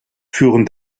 führen